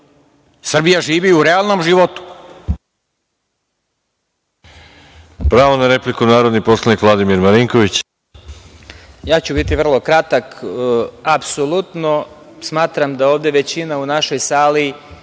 Srbija živi u realnom životu.